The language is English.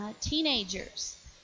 teenagers